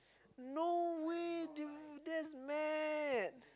no way dude that's mad